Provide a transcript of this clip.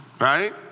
right